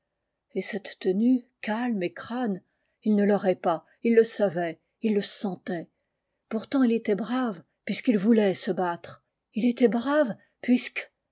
et cette tenue calme et crâne il ne l'aurait pas il le savait il le sentait pourtant il était brave puisqu'il voulait se battre il était brave puiscjuc